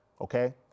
Okay